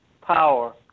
power